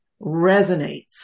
resonates